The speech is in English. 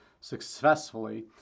successfully